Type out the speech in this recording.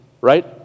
right